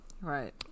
right